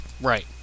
Right